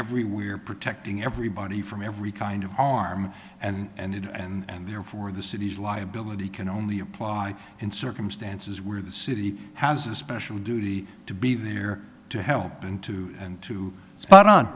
everywhere protecting everybody from every kind of harm and and it and therefore the city's liability can only apply in circumstances where the city has a special duty to be there to help and to and to spot on